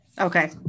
Okay